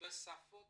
יהיה בשפת